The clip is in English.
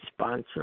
sponsor